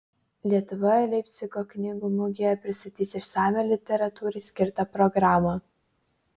lietuva leipcigo knygų mugėje pristatys išsamią literatūrai skirtą programą